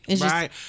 Right